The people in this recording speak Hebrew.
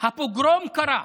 הפוגרום קרה.